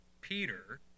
Peter